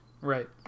Right